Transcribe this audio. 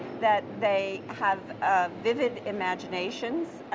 that they have vivid imaginations,